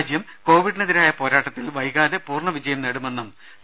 രാജ്യം കോവിഡിനെതിരായ പോരാട്ടത്തിൽ വൈകാതെ പൂർണ വിജയം നേടുമെന്നും ഡോ